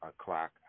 o'clock